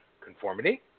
conformity